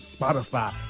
Spotify